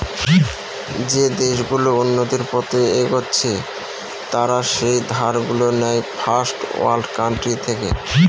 যে দেশ গুলো উন্নতির পথে এগচ্ছে তারা যেই ধার গুলো নেয় ফার্স্ট ওয়ার্ল্ড কান্ট্রি থেকে